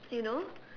you know